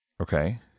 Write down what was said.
okay